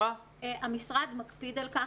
המשרד מקפיד על כך.